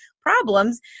problems